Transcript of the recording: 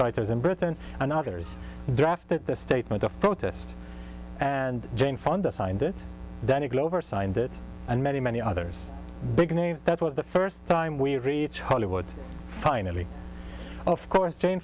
writers in britain and others drafted the statement of protest and jane fonda signed it danny glover signed it and many many others big names that was the first time we reach hollywood finally of course jane